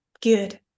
good